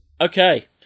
Okay